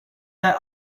their